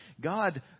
God